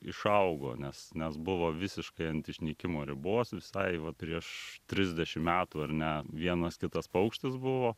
išaugo nes nes buvo visiškai ant išnykimo ribos visai va prieš trisdešim metų ar ne vienas kitas paukštis buvo